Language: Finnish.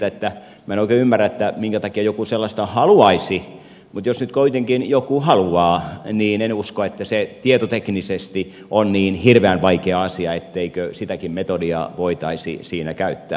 minä en oikein ymmärrä minkä takia joku sellaista haluaisi mutta jos nyt kuitenkin joku haluaa niin en usko että se tietoteknisesti on niin hirveän vaikea asia etteikö sitäkin metodia voitaisi siinä käyttää